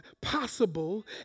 possible